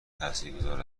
تاثیرگذار